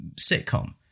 sitcom